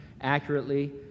accurately